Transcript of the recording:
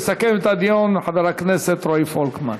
יסכם את הדיון חבר הכנסת רועי פולקמן.